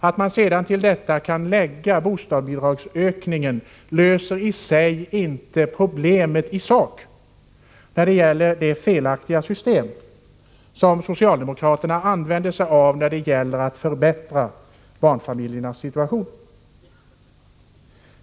Att man sedan till detta kan lägga bostadsbidragsökningen löser i sig inte problemet när det gäller det felaktiga system som socialdemokraterna använder sig av för att förbättra barnfamiljernas situation.